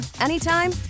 anytime